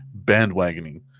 bandwagoning